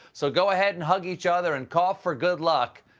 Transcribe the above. so go ahead and hug each other and cough for good luck.